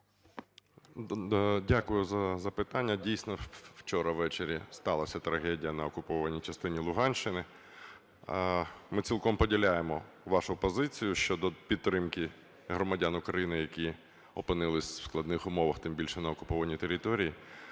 Дякую за запитання. Дійсно, вчора ввечері сталася трагедія на окупованій частині Луганщини. Ми цілком поділяємо вашу позицію щодо підтримки громадян України, які опинились в складних умовах, тим більше на окупованій території.